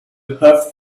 have